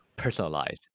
personalized